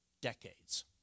decades